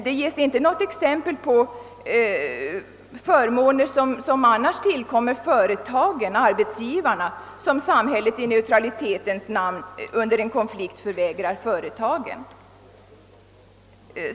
Det ges inte något exempel på förmåner som tillkommer företagen och som samhället i neutralitetens namn under en konflikt förvägrar dem.